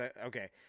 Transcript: okay